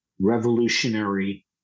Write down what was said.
revolutionary